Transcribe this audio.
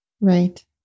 right